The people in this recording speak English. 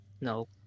No